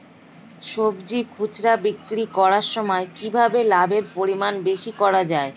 সবজি খুচরা বিক্রি করার সময় কিভাবে লাভের পরিমাণ বেশি করা যায়?